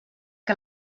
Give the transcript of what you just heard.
que